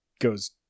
goes